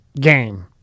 game